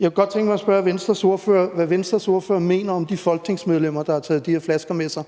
Jeg kunne godt tænke mig at spørge Venstres ordfører om, hvad Venstres ordfører mener om de folketingsmedlemmer, der har taget de her flasker med sig.